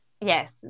yes